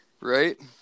Right